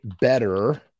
better